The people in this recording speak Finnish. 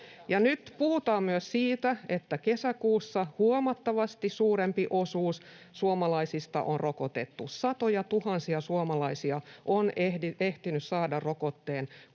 nyt puhutaan myös siitä, että kesäkuussa huomattavasti suurempi osuus suomalaisista on rokotettu. Satojatuhansia suomalaisia on ehtinyt saada rokotteen,